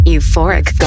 Euphoric